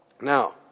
Now